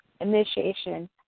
Initiation